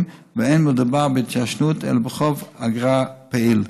ולא מדובר בהתיישנות אלא בחוב אגרה פעיל.